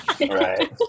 Right